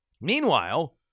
Meanwhile